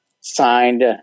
signed